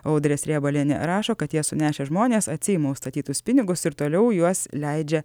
audrė srėbalienė rašo kad ją sunešę žmonės atsiima užstatytus pinigus ir toliau juos leidžia